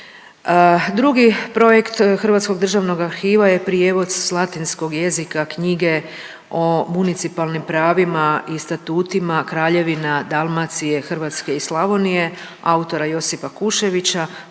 Drugi projekt Hrvatskog državnog arhiva je prijevod sa latinskog jezika knjige o municipalnim pravima i statutima kraljevina Dalmacije, Hrvatske i Slavonije autora Josipa Kuševića